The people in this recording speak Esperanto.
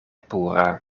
pura